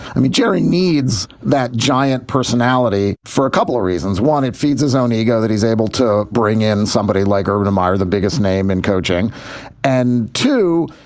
i mean, jerry needs that giant personality for a couple of reasons one, it feeds his own ego that he's able to bring in somebody like urban meyer, the biggest name in coaching and two,